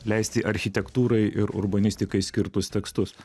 leisti architektūrai ir urbanistikai skirtus tekstus